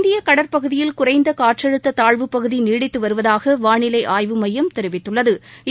இந்திய கடல் பகுதியில் குறைந்த காற்றழுத்த தாழ்வுப் பகுதி நீடித்து வருவதாக வானிலை ஆய்வு மையம் தெரிவித்கள்ளகு